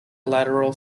lateral